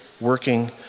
working